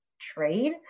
trade